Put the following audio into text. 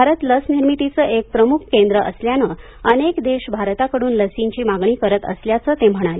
भारत लस निर्मितीचे एक प्रमुख केंद्र असल्याने अनेक देश भारताकडून लसींची मागणी करत असल्याचे ते म्हणाले